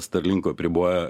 starlinku abribojo